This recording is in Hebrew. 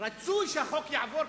רצוי שהחוק יעבור,